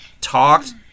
talked